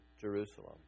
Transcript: Jerusalem